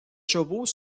chevaux